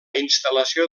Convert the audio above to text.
instal·lació